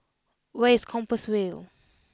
where is Compassvale